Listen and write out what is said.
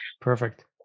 perfect